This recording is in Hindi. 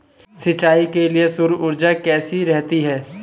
सिंचाई के लिए सौर ऊर्जा कैसी रहती है?